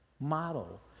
model